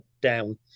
down